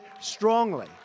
strongly